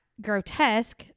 grotesque